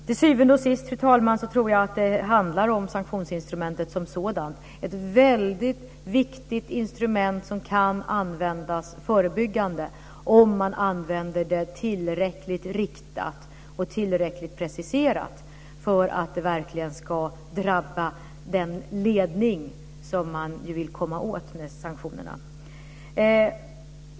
Till syvende och sist, fru talman, tror jag att det handlar om sanktionsinstrumentet som sådant, ett väldigt viktigt instrument som kan användas förebyggande om man använder det tillräckligt riktat och tillräckligt preciserat för att det verkligen ska drabba den ledning som man ju vill komma åt med sanktionerna.